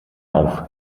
auf